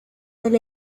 del